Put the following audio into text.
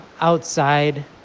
Outside